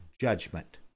judgment